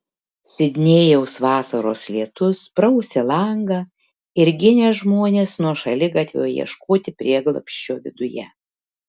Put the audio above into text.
sidnėjaus vasaros lietus prausė langą ir ginė žmones nuo šaligatvio ieškoti prieglobsčio viduje